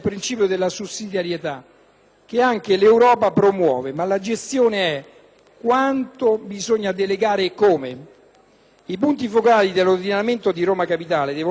che anche l'Europa promuove, ma la questione è quanto bisogna delegare e come. I punti focali dell'ordinamento di Roma capitale devono sciogliere diversi interrogativi